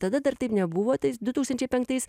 tada dar taip nebuvo tais du tūkstančiai penktais